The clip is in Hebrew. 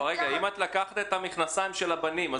אם לקחת את המכנסיים של הבנים,